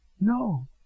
No